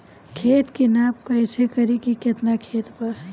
खेत के नाप कइसे करी की केतना खेत बा?